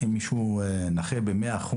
אם מישהו הוא נכה ב-100%,